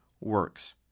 works